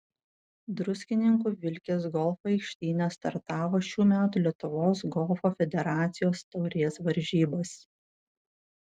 druskininkų vilkės golfo aikštyne startavo šių metų lietuvos golfo federacijos taurės varžybos